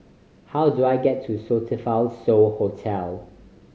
how do I get to Sofitel So Hotel